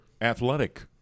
athletic